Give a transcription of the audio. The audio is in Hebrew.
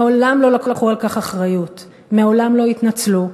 מעולם לא לקחו אחריות לכך, מעולם לא התנצלו,